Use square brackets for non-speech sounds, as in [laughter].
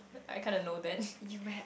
I kind of know that [laughs]